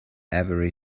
every